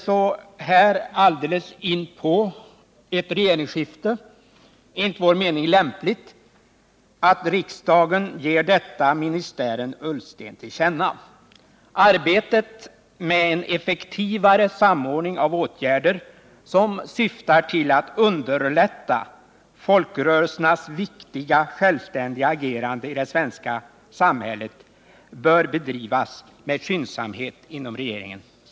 Så här alldeles inpå ett regeringsskifte är det enligt vår mening lämpligt att riksdagen ger detta ministären Ullsten till känna. Arbetet med en effektivare samordning av åtgärder, som syftar till att underlätta folkrörelsernas viktiga och självständiga agerande i det svenska samhället, bör bedrivas med skyndsamhet inom regeringen.